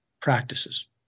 practices